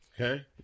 Okay